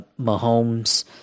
Mahomes